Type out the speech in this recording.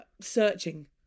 searching